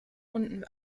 unten